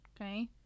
okay